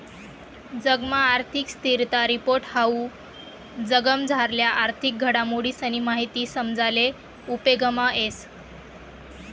जगना आर्थिक स्थिरता रिपोर्ट हाऊ जगमझारल्या आर्थिक घडामोडीसनी माहिती समजाले उपेगमा येस